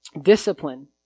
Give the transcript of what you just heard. discipline